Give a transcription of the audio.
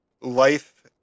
life